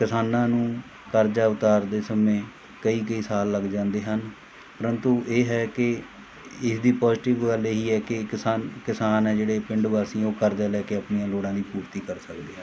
ਕਿਸਾਨਾਂ ਨੂੰ ਕਰਜ਼ਾ ਉਤਾਰਦੇ ਸਮੇਂ ਕਈ ਕਈ ਸਾਲ ਲੱਗ ਜਾਂਦੇ ਹਨ ਪਰੰਤੂ ਇਹ ਹੈ ਕਿ ਇਸਦੀ ਪੋਜ਼ੀਟਿਵ ਗੱਲ ਇਹੀ ਹੈ ਕਿ ਕਿਸਾਨ ਕਿਸਾਨ ਹੈ ਜਿਹੜੇ ਪਿੰਡ ਵਾਸੀ ਉਹ ਕਰਜ਼ਾ ਲੈ ਕੇ ਆਪਣੀਆਂ ਲੋੜਾਂ ਦੀ ਪੂਰਤੀ ਕਰ ਸਕਦੇ ਹਨ